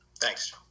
Thanks